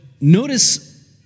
notice